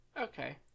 okay